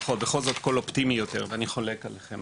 אז בכל זאת, בקול אופטימי יותר, ואני חולק עליכם.